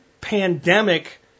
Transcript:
pandemic